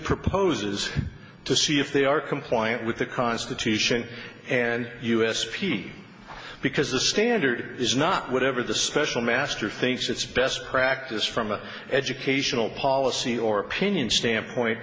proposes to see if they are compliant with the constitution and u s p because the standard is not whatever the special master thinks it's best practice from an educational policy or opinion standpoint